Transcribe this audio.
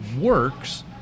works